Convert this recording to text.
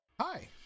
Hi